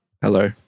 Hello